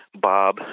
Bob